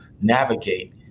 navigate